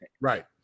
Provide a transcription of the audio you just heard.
Right